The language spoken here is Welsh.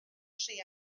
tri